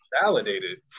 validated